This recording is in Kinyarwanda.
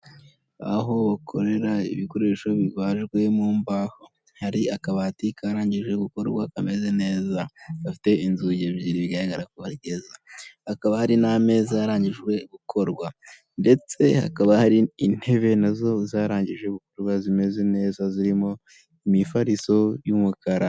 Aho bakorera ibikoresho bibajwe mu mbaho hari akabati karangijwe gukorwa, kameze neza, gafite inzugi ebyiri bigaragara ko ari keza. Hakaba hari n'ameza yarangijwe gukorwa ndetse hakaba hari intebe nazo zarangijwe gukorwa zimeze neza, zirimo imifariso y'umukara.